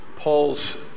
Paul's